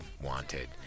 wanted